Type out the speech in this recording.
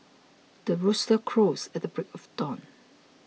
the rooster crows at the break of dawn